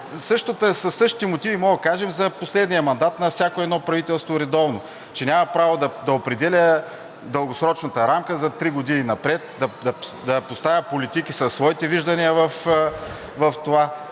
Със същите мотиви може да кажем за последния мандат на всяко едно редовно правителство, че няма право да определя дългосрочната рамка за три години напред, да поставя политики със своите виждания в това.